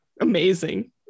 Amazing